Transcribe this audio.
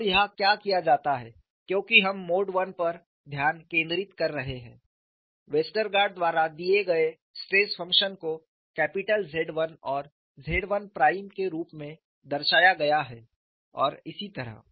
और यहाँ क्या किया जाता है क्योंकि हम मोड I पर ध्यान केंद्रित कर रहे हैं वेस्टरगार्ड द्वारा दिए गए स्ट्रेस फंक्शन को कैपिटल Z 1 और Z 1 प्राइम के रूप में दर्शाया गया है और इसी तरह